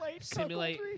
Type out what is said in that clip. simulate